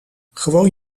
gewoon